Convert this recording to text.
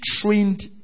trained